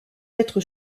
être